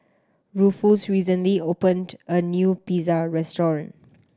Rufus recently opened a new Pizza Restaurant